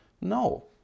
No